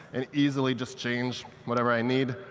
and easily just change whatever i need,